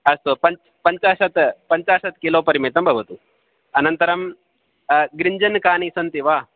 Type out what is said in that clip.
अस्तु पञ्चाशत पञ्चाशत् किलो परिमितं भवतु अनन्तरं गृञ्जनकानि सन्ति वा